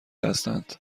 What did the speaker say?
هستند